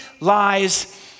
lies